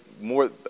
more